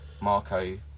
Marco